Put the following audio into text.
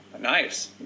Nice